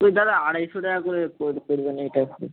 ওই দাদা আড়াইশো টাকা করে কর করবেন এটা একটু